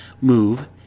move